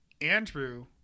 Andrew